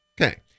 Okay